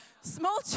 small